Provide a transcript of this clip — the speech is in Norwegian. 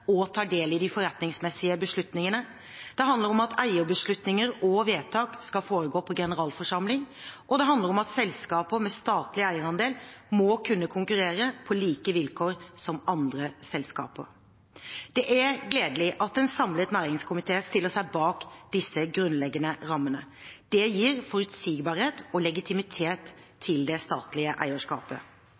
og tar del i de forretningsmessige beslutningene. Det handler om at eierbeslutninger og vedtak skal foregå på generalforsamling. Og det handler om at selskaper med statlig eierandel må kunne konkurrere på samme vilkår som andre selskaper. Det er gledelig at en samlet næringskomité stiller seg bak disse grunnleggende rammene. Det gir forutsigbarhet og legitimitet til det statlige eierskapet.